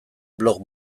blog